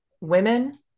women